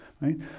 right